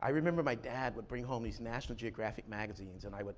i remember my dad would bring home these national geographic magazines, and i would